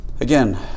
again